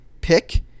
Pick